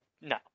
No